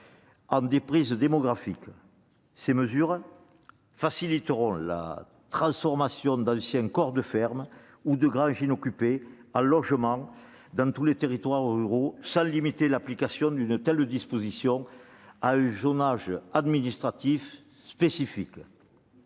en déprise démographique. Ces mesures faciliteront la transformation d'anciens corps de ferme ou de granges inoccupés en logements dans tous les territoires ruraux, sans limiter l'application d'une telle disposition à un zonage administratif spécifique.